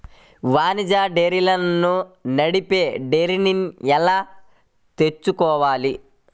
వాణిజ్య డైరీలను నడిపే డైరీని ఎలా ఎంచుకోవాలి?